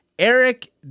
Eric